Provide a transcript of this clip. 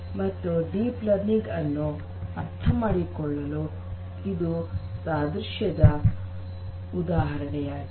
ಇದು deep learning ಅನ್ನು ಅರ್ಥ ಮಾಡಿಕೊಳ್ಳಲು ಒಂದು ಸಾದೃಶ್ಯ ದ ಉದಾಹರಣೆಯಾಗಿದೆ